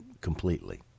completely